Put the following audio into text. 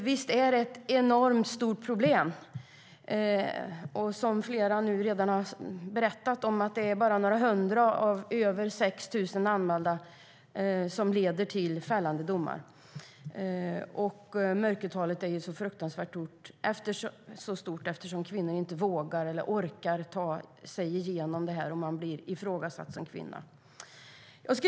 Visst är det ett enormt stort problem. Som flera här har berättat är det bara några hundra av över 6 000 anmälda våldtäkter som leder till fällande domar. Mörkertalet är fruktansvärt stort eftersom kvinnor inte vågar eller orkar ta sig igenom en rättsprocess där man som kvinna blir ifrågasatt.